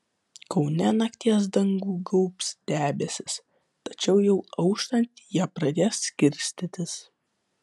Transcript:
kaune nakties dangų gaubs debesys tačiau jau auštant jie pradės skirstytis